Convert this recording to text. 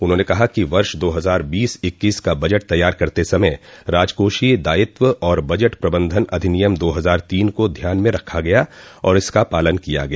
उन्होंने कहा कि वर्ष दो हजार बीस इक्कीस का बजट तैयार करते समय राजकोषीय दायित्व और बजट प्रबंधन अधिनियम दो हजार तीन को ध्यान में रखा गया और इसका पालन किया गया